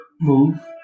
move